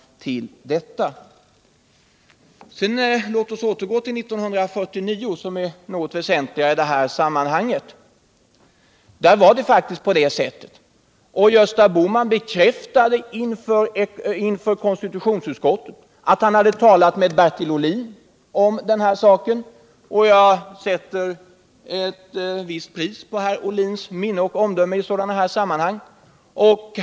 Låt oss återgå till 1949, som är något väsentligare i detta sammanhang. Gösta Bohman bekräftade inför konstitutionsutskottet att han hade talat med Bertil Ohlin om denna fråga, och jag sätter ett visst pris på Bertil Ohlins minne och omdöme i sådana sammanhang.